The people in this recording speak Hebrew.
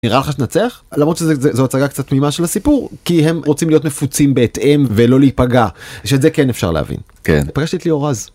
נראה לך שתנצח? למרות שזו הצגה קצת תמימה של הסיפור, כי הם רוצים להיות מפוצים בהתאם ולא להיפגע, שאת זה כן אפשר להבין. כן. פגשתי את ליאור רז.